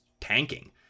tanking